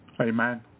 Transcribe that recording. Amen